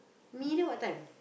middle what time